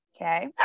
Okay